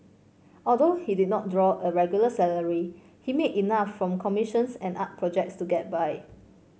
although he did not draw a regular salary he made enough from commissions and art projects to get by